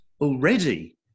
already